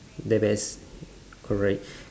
then there's correct